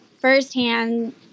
firsthand